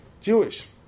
Jewish